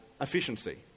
efficiency